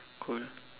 cold